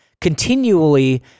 continually